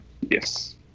Yes